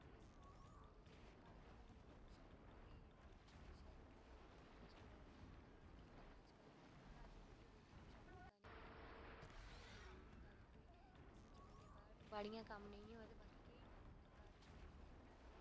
ते बाकी भाभी न शैद ओह्बी स्कूल ज्वाईन करङन केह् करना अज्जकल घर बी बेहियै कोई कम्म होंदा निं ऐ करना बी कोह् गर किन्ना कम्म होंदा ते बाड़ियें कम्म नेईं होऐ ते केह् कम्म होंदा घर रुट्टी बनानी